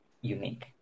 unique